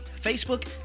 facebook